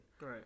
right